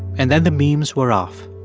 and then the memes were off.